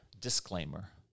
disclaimer